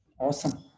Awesome